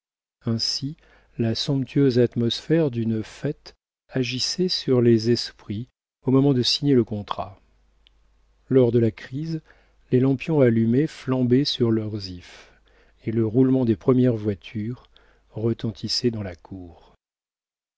ainsi la somptueuse atmosphère d'une fête agissait sur les esprits au moment de signer le contrat lors de la crise les lampions allumés flambaient sur leurs ifs et le roulement des premières voitures retentissait dans la cour